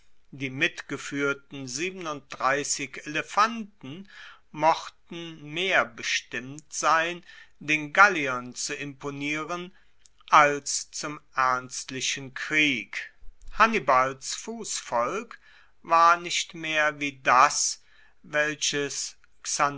die mitgefuehrten elefanten mochten mehr bestimmt sein den galliern zu imponieren als zum ernstlichen krieg hannibals fussvolk war nicht mehr wie das welches